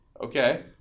okay